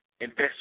invest